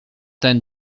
ten